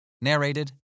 Narrated